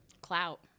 Clout